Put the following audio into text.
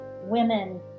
women